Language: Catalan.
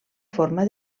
forma